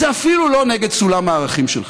זה אפילו לא נגד סולם הערכים שלך,